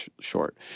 short